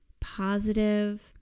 positive